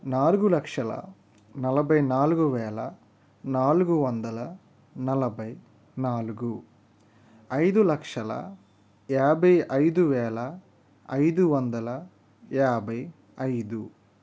నాలుగు లక్షల నలభై నాలుగు వేల నాలుగు వందల నలభై నాలుగు ఐదు లక్షల యాభై ఐదు వేల ఐదు వందల యాభై ఐదు